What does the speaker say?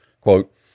Quote